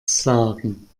sagen